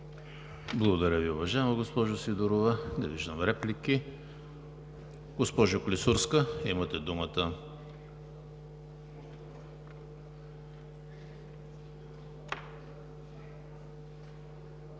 Благодаря Ви, уважаема госпожо Сидорова. Не виждам реплики. Госпожо Клисурска, имате думата.